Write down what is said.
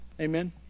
Amen